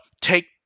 take